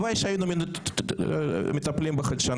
יש אתר, אתה בטח מכיר אותו, שנקרא כל זכות.